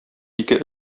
ике